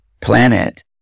planet